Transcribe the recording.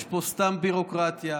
יש פה סתם ביורוקרטיה.